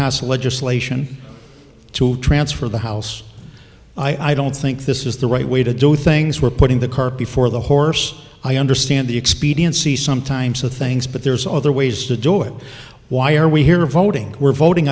pass legislation to transfer the house i don't think this is the right way to do things we're putting the cart before the horse i understand the expediency sometimes of things but there's other ways to do it why are we here voting we're voting